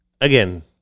again